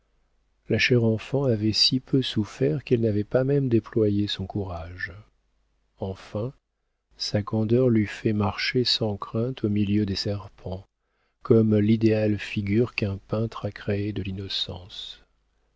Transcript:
la chère enfant avait si peu souffert qu'elle n'avait pas même déployé son courage enfin sa candeur l'eût fait marcher sans crainte au milieu des serpents comme l'idéale figure qu'un peintre a créée de l'innocence